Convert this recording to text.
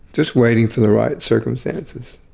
just waiting for the right circumstances.